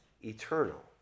eternal